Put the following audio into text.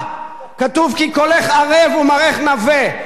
כתוב: כי קולך ערב ומראך נאווה,